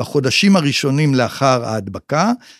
בחודשים הראשונים לאחר ההדבקה.